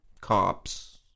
cops